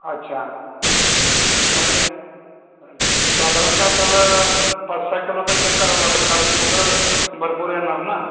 अच्छा मग ते साधारणत आपल्याला पाच सहा किलोचा केक करावं लागेल कारण मुलं भरपूर येणार ना